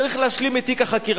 צריך להשלים את תיק החקירה.